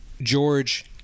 George